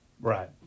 Right